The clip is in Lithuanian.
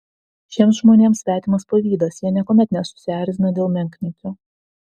šiems žmonėms svetimas pavydas jie niekuomet nesusierzina dėl menkniekių